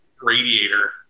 radiator